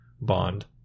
Bond